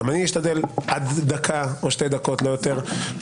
גם אני אשתדל עד דקה או שתי דקות להתייחס.